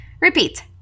Repeat